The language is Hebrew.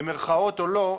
במרכאות או לא,